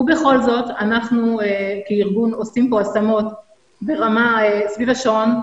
ובכל זאת אנחנו כארגון עושים פה השמות סביב השעון,